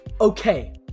Okay